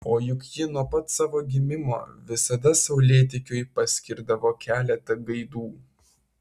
o juk ji nuo pat savo gimimo visada saulėtekiui paskirdavo keletą gaidų